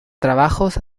trabajos